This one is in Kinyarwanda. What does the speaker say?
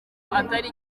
atari